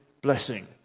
blessing